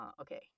Okay